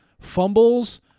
fumbles